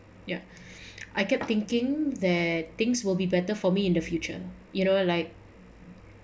ya I kept thinking that things will be better for me in the future you know like